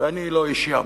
ואני לא איש ים,